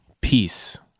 peace